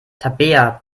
tabea